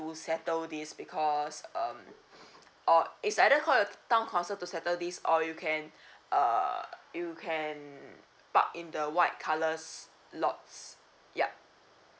settle this because um or it's either call your town council to settle this or you can uh you can park in the white colour lots yup